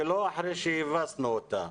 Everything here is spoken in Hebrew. ולא אחרי שהבסנו אותה.